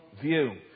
view